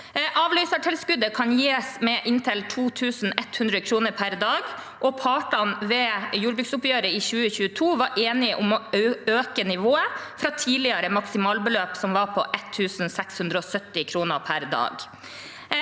Avløsertilskuddet kan gis med inntil 2 100 kr per dag, og partene ved jordbruksoppgjøret i 2022 var enige om å øke nivået fra det tidligere maksimalbeløpet, som var på 1 670 kr per dag.